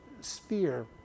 sphere